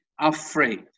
afraid